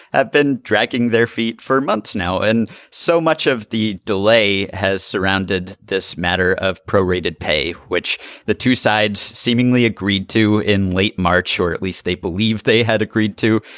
have been dragging their feet for months now and so much of the delay has surrounded this matter of pro-rated pay, which the two sides seemingly agreed to in late march, or at least they believe they had agreed to.